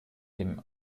den